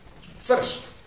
first